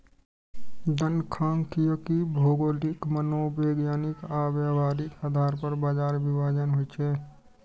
जनखांख्यिकी भौगोलिक, मनोवैज्ञानिक आ व्यावहारिक आधार पर बाजार विभाजन होइ छै